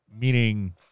meaning